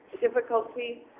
difficulty